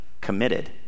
committed